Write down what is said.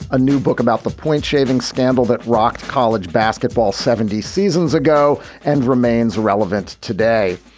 a new book about the point shaving scandal that rocked college basketball seventy seasons ago and remains relevant today.